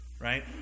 Right